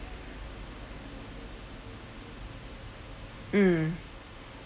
mm